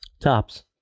Tops